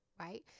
right